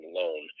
loan